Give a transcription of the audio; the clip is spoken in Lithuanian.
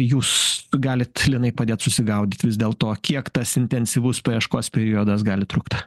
jūs galit linai padėt susigaudyt vis dėl to kiek tas intensyvus paieškos periodas gali trukt